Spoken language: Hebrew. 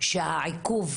שהעיכוב